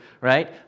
right